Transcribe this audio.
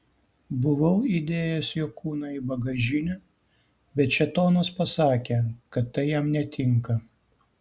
buvau įdėjęs jo kūną į bagažinę bet šėtonas pasakė kad tai jam netinka